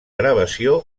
gravació